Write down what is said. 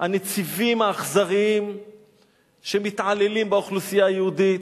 הנציבים האכזרים שמתעללים באוכלוסייה היהודית,